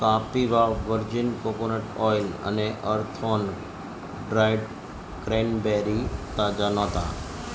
Kapiva virgin coconut oil અને અર્થ ઓન ડ્રાઈડ ક્રેનબેરી તાજા નહોતા